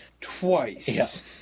Twice